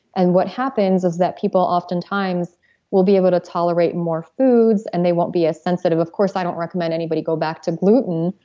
and what happens is people often times will be able to tolerate more foods and they won't be as sensitive. of course i don't recommend anybody go back to gluten.